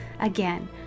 again